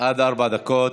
עד ארבע דקות.